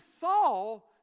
Saul